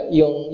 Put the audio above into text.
yung